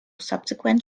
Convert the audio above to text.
subsequent